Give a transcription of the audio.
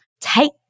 Take